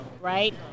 right